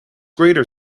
greater